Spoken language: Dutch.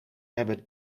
hebben